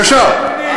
ישר,